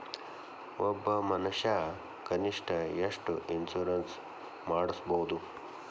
ಒಬ್ಬ ಮನಷಾ ಕನಿಷ್ಠ ಎಷ್ಟ್ ಇನ್ಸುರೆನ್ಸ್ ಮಾಡ್ಸ್ಬೊದು?